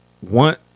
one